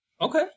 Okay